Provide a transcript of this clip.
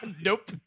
Nope